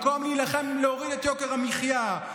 במקום להילחם בהורדת יוקר המחיה,